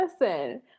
Listen